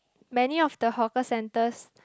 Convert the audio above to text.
many of the hawker centers